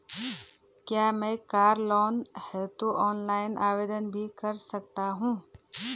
क्या मैं car loan हेतु ऑनलाइन आवेदन भी कर सकता हूँ?